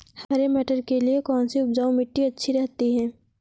हरे मटर के लिए कौन सी उपजाऊ मिट्टी अच्छी रहती है?